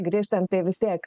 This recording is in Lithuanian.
grįžtant tai vis tiek